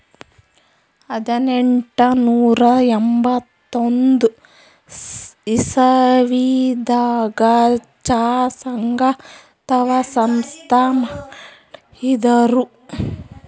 ಹದನೆಂಟನೂರಾ ಎಂಬತ್ತೊಂದ್ ಇಸವಿದಾಗ್ ಚಾ ಸಂಘ ಅಥವಾ ಸಂಸ್ಥಾ ಮಾಡಿರು